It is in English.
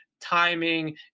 timing